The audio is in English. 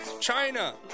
China